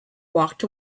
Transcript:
walked